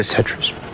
Tetris